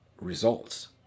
results